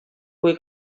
kui